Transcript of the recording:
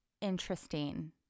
interesting